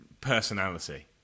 personality